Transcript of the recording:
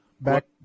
back